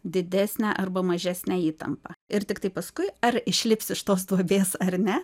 didesnę arba mažesnę įtampą ir tiktai paskui ar išlips iš tos duobės ar ne